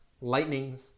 lightnings